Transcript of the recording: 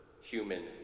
human